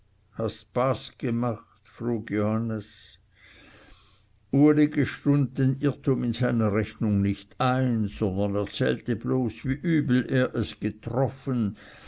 gemacht frug johannes uli gestund den irrtum in seiner rechnung nicht ein sondern erzählte bloß wie übel er es getroffen